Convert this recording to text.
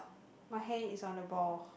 my hand is on a ball